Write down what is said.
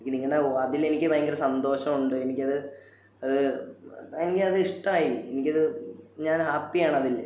എനിക്ക് അങ്ങനെ അതിലെനിക്ക് ഭയങ്കര സന്തോഷം ഉണ്ട് എനിക്കത് അത് എനിക്കത് ഇഷ്ടമായി എനിക്കത് ഞാൻ ഹാപ്പിയാണതില്